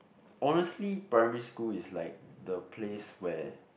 honestly primary school is like the place where